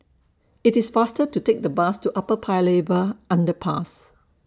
IT IS faster to Take The Bus to Upper Paya Lebar Underpass